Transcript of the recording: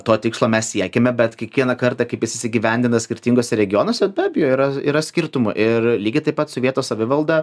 to tikslo mes siekiame bet kiekvieną kartą kaip jis įsigyvendina skirtinguose regionuose be abejo yra yra skirtumų ir lygiai taip pat su vietos savivalda